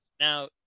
now